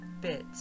bits